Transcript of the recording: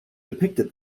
depicted